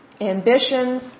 ambitions